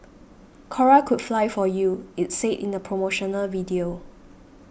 Cora could fly for you it said in a promotional video